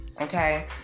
okay